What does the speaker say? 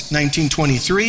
1923